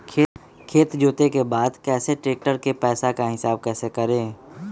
खेत जोते के बाद कैसे ट्रैक्टर के पैसा का हिसाब कैसे करें?